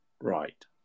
Right